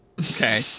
Okay